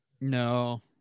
no